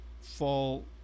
fall